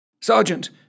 Sergeant